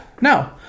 no